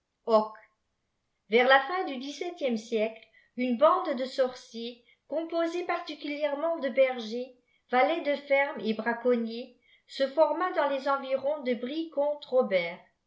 vers la fin du dix-septième siècle une bande de sorciers composée particulièrement de bergers valets de ferme et braconnfiers se forma dans les environs de brie comte robert